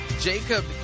Jacob